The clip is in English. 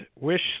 wish